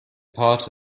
part